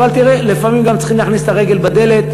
אבל תראה, לפעמים גם צריכים להכניס את הרגל בדלת.